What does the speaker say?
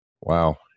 wow